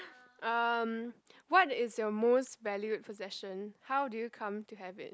um what is your most valued possession how do you come to have it